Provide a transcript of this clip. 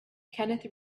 kenneth